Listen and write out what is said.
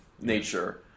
nature